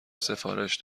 سفارش